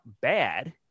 bad